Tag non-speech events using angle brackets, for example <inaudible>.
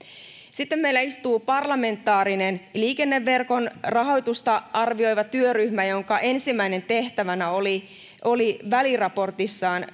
sitten meillä istuu parlamentaarinen liikenneverkon rahoitusta arvioiva työryhmä jonka ensimmäisenä tehtävänä oli oli väliraportissaan <unintelligible>